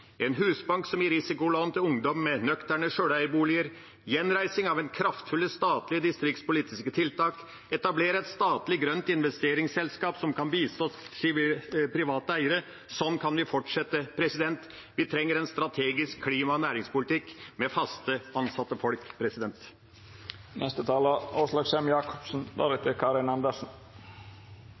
en husbank som gir risikolån til ungdom til nøkterne sjøleierboliger, gjenreising av kraftfulle, statlige distriktspolitiske tiltak, etablering av et statlig grønt investeringsselskap som kan bistå private eiere – og sånn kan vi fortsette. Vi trenger en strategisk klima- og næringspolitikk med fast ansatte folk.